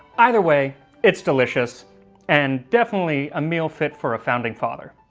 either way it's delicious and definitely a meal fit for a founding father.